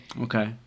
Okay